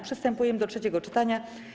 Przystępujemy do trzeciego czytania.